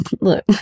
look